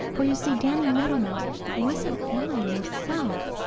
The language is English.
for you see danny meadow mouse wasn't flying himself.